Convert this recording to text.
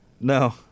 No